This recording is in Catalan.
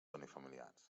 unifamiliars